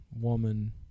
woman